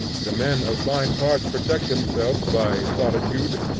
the men of fine parts protect themselves by solitude,